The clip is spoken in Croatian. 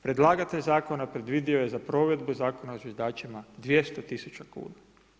Predlagatelj zakona predvidio je za provedbu zakona o zviždačima 200 000 kuna.